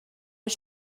las